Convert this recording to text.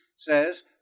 says